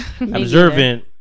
Observant